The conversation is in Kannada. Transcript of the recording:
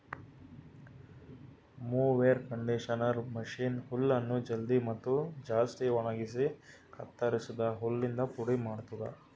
ಮೊವೆರ್ ಕಂಡಿಷನರ್ ಮಷೀನ್ ಹುಲ್ಲನ್ನು ಜಲ್ದಿ ಮತ್ತ ಜಾಸ್ತಿ ಒಣಗುಸಿ ಕತ್ತುರಸಿದ ಹುಲ್ಲಿಂದ ಪುಡಿ ಮಾಡ್ತುದ